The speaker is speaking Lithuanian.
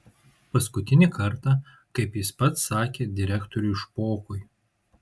paskutinį kartą kaip jis pats sakė direktoriui špokui